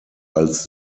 als